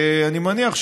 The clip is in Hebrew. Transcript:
אני מניח,